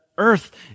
Earth